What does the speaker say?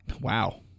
Wow